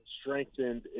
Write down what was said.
strengthened